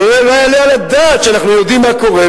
הלוא לא יעלה על הדעת שאנחנו יודעים מה קורה,